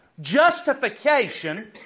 justification